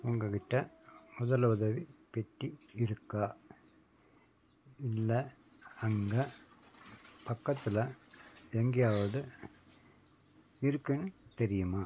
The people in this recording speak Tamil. உங்ககிட்ட முதலுதவி பெட்டி இருக்கா இல்லை அங்கே பக்கத்தில் எங்கேயாவது இருக்குதுன்னு தெரியுமா